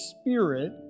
spirit